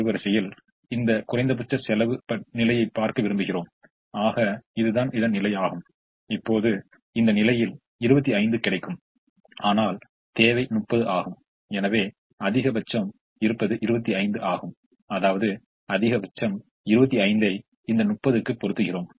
எனவே இது குறைந்தபட்ச செலவு முறையைப் பயன்படுத்தி நாம் பெற்ற தீர்வாகும் இப்போது இதன் மொத்தம் செலவு 590 ஆகும் ஏனென்றால் உகந்த தீர்வு 565 என்பதை நாம் ஏற்கனவே அறிந்துள்ளோம் ஆக இது உகந்த தீர்வு அல்ல என்பதை நாம் நன்கு அறிவோம்